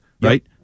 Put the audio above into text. right